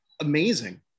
amazing